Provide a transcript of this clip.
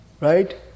right